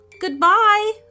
Goodbye